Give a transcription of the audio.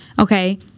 okay